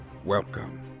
Welcome